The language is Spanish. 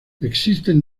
existen